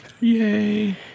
Yay